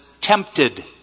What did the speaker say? tempted